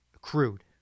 crude